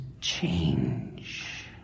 change